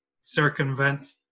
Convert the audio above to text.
circumvent